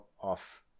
off